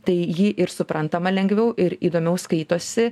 tai ji ir suprantama lengviau ir įdomiau skaitosi